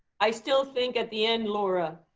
i still think at the end, laura,